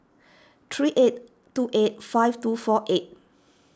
three eight two eight five two four eight